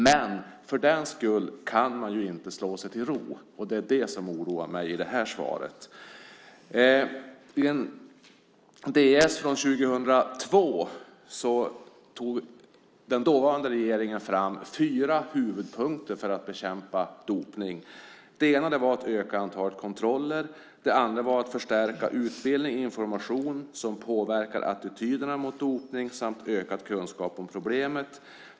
Men för den skull kan man inte slå sig till ro. Det oroar mig i det här svaret. I en DS-skrift från 2002 tog den dåvarande regeringen fram fyra huvudpunkter för att bekämpa dopning. Det första var att öka antalet kontroller. Det andra var att förstärka utbildning och information som påverkar attityderna mot dopning samt ökad kunskap om problemet.